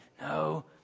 No